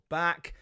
back